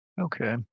Okay